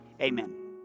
Amen